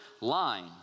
line